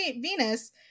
Venus